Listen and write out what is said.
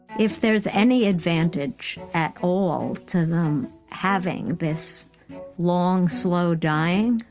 if there's any advantage at all to them having this long, slow dying,